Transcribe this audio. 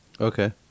Okay